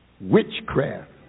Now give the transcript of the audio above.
witchcraft